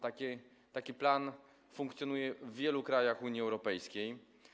Taki plan funkcjonuje w wielu krajach Unii Europejskiej.